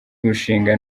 mushinga